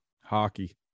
Hockey